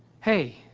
hey